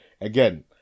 again